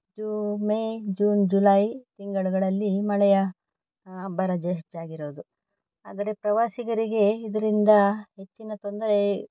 zoo May June July ತಿಂಗಳುಗಳಲ್ಲಿ ಮಳೆಯ ಅಬ್ಬರ ಜ ಹೆಚ್ಚಾಗಿರೋದು ಆದರೆ ಪ್ರವಾಸಿಗರಿಗೆ ಇದರಿಂದ ಹೆಚ್ಚಿನ ತೊಂದರೆ